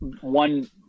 One